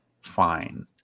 fine